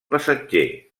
passatger